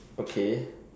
okay